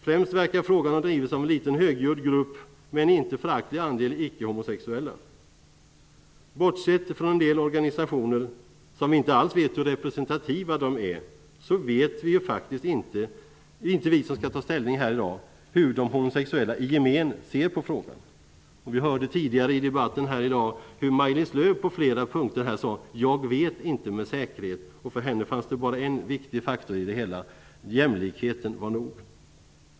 Främst verkar frågan ha drivits av en liten högljudd grupp med en inte föraktlig andel icke homosexuella. Bortsett från en del organisationer, som vi inte alls vet hur representativa de är, så vet faktiskt inte vi som skall ta ställning här i dag hur de homosexuella i gemen ser på frågan. Vi hörde tidigare i debatten här i dag hur Maj-Lis Lööw på flera punkter sade: Jag vet inte med säkerhet. För henne fanns det bara en viktig faktor i det hela: jämlikheten var nog.